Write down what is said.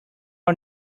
are